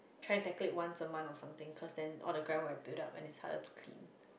try tackling once a month or something cause then all the gram will build up and it's harder to clean